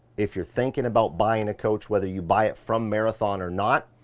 if you're thinking about buying a coach, whether you buy it from marathon or not,